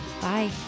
Bye